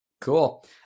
Cool